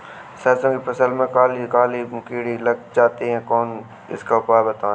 सरसो की फसल में काले काले कीड़े लग जाते इसका उपाय बताएं?